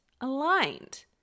aligned